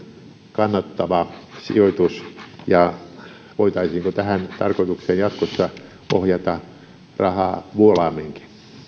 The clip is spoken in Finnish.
kannattava sijoitus ja voitaisiinko tähän tarkoitukseen jatkossa ohjata rahaa vuolaamminkin